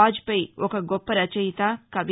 వాజ్పేయి ఒక గొప్ప రచయిత కవి